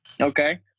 Okay